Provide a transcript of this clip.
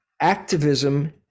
Activism